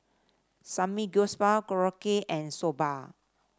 Samgyeopsal Korokke and Soba